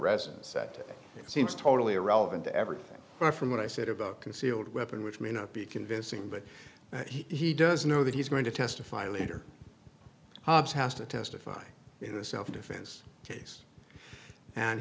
residence that seems totally irrelevant to everything from what i said about a concealed weapon which may not be convincing but he does know that he's going to testify later hobbs has to testify in a self defense case and